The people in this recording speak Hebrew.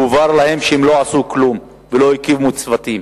והובהר להם שהם לא עשו כלום ולא הקימו צוותים.